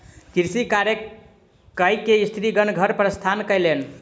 कृषि कार्य कय के स्त्रीगण घर प्रस्थान कयलैन